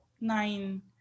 nine